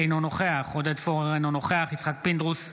אינו נוכח עודד פורר, אינו נוכח יצחק פינדרוס,